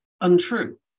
untrue